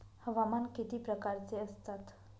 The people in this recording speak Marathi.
हवामान किती प्रकारचे असतात?